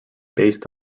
based